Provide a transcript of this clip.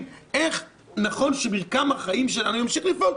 איך נכון שמרקם החיים שלנו ימשיך לפעול.